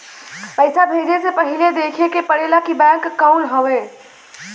पइसा भेजे से पहिले देखे के पड़ेला कि बैंक कउन ह